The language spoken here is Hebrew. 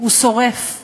הוא שורף,